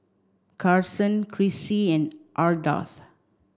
Carson Chrissie and Ardath